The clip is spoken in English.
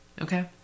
Okay